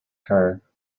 her